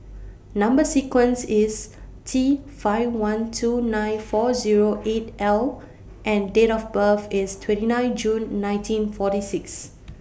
Number sequence IS T five one two nine four Zero eight L and Date of birth IS twenty nine June nineteen forty six